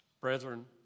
Brethren